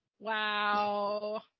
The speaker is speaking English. Wow